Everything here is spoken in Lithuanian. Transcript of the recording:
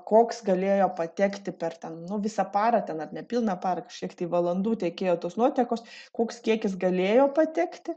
koks galėjo patekti per ten visą parą ten ar nepilną parą kažkiek ten valandų tekėjo tos nuotekos koks kiekis galėjo patekti